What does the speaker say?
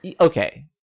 Okay